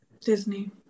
Disney